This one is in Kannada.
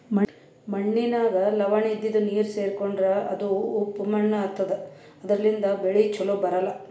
ಮಣ್ಣಿನಾಗ್ ಲವಣ ಇದ್ದಿದು ನೀರ್ ಸೇರ್ಕೊಂಡ್ರಾ ಅದು ಉಪ್ಪ್ ಮಣ್ಣಾತದಾ ಅದರ್ಲಿನ್ಡ್ ಬೆಳಿ ಛಲೋ ಬರ್ಲಾ